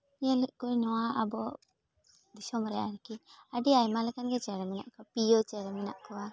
ᱧᱮᱞᱮᱫ ᱠᱚᱣᱟᱹᱧ ᱱᱚᱣᱟ ᱟᱵᱚ ᱫᱤᱥᱚᱢ ᱨᱮ ᱟᱨᱠᱤ ᱟᱹᱰᱤ ᱟᱭᱢᱟ ᱞᱮᱠᱟᱱ ᱜᱮ ᱪᱮᱬᱮ ᱢᱮᱱᱟᱜ ᱠᱚᱣᱟ ᱯᱤᱭᱳ ᱪᱮᱬᱮ ᱢᱮᱱᱟᱜ ᱠᱚᱣᱟ